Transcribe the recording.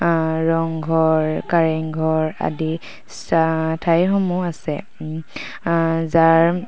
ৰংঘৰ কাৰেংঘৰ আদি ঠাইসমূহ আছে যাৰ